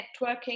networking